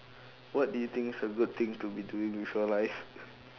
what do you think is a good thing to be doing with your life